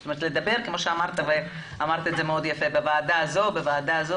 זאת אומרת לדבר בוועדה הזאת ובוועדה אחרת